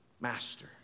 master